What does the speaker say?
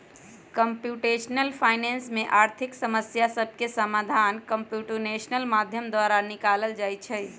computational finance में आर्थिक समस्या सभके समाधान कंप्यूटेशनल माध्यम द्वारा निकालल जाइ छइ